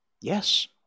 Yes